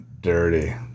dirty